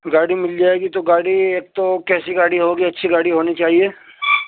گاڑی مل جائے گی تو گاڑی ایک تو کیسی گاڑی ہوگی اچھی گاڑی ہونی چاہیے